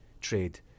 trade